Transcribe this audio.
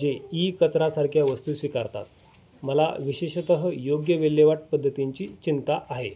जे ई कचरासारख्या वस्तू स्वीकारतात मला विशेषतः योग्य विल्हेवाट पद्धतींची चिंता आहे